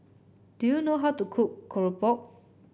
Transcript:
do you know how to cook Keropok